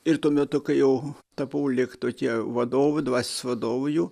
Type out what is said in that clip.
ir tuo metu kai jau tapau lyg tokie vadovu dvasios vadovu jų